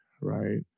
right